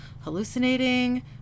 Hallucinating